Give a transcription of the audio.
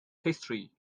history